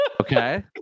Okay